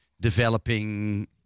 developing